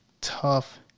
tough